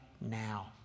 now